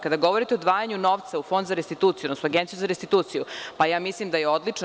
Kada govorite o odvajanju novca u Fond za restituciju, odnosno Agenciju za restituciju, pa ja mislim da je odlično.